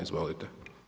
Izvolite.